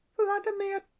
vladimir